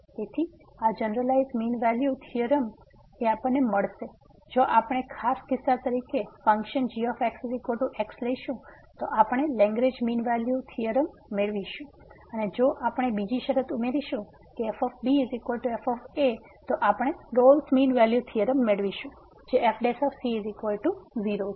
તેથી આ generalise mean value theorem છે જો આપણે ખાસ કિસ્સા તરીકે ફંકશન g x લઈશું તો આપણે લેગ્રેંજ મીન વેલ્યુ થીયોરમ મેળવીશું અને જો આપણે બીજી શરત ઉમેરીશું કે f f તો આપણે Rolle's mean value Rolle's Mean Value theorem મેળવીશું જે f 0 છે